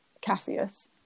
cassius